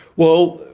well,